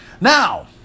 Now